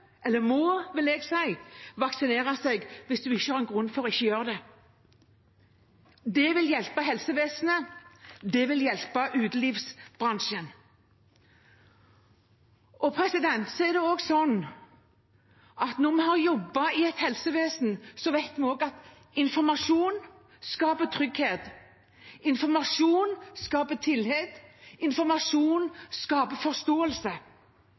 eller må, vil jeg si – vaksinere seg hvis de ikke har en grunn for ikke å gjøre det. Det vil hjelpe helsevesenet; det vil hjelpe utelivsbransjen. Når man har jobbet i helsevesenet, vet man også at informasjon skaper trygghet, informasjon skaper tillit, og informasjon skaper forståelse.